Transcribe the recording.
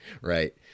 right